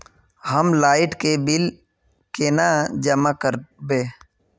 हम लाइट के बिल केना जमा करबे?